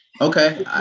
Okay